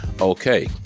okay